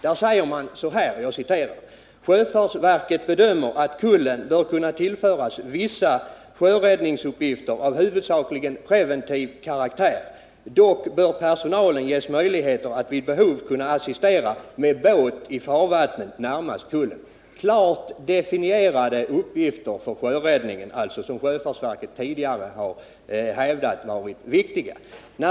Där säger man: ”Sjöfartsverket bedömer att Kullen bör kunna tillföras vissa sjöräddningsuppgifter av huvudsakligen preventiv karaktär, dock bör personalen ges möjligheter att vid behov kunna assistera med båt i farvattnen närmast Kullen.” Det gäller alltså klart definierade uppgifter för sjöräddningen. Sjöfartsverket har tidigare hävdat att dessa uppgifter är viktiga.